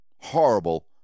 horrible